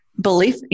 belief